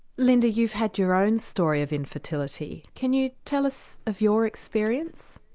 linda, you've had your own story of infertility, can you tell us of your experience?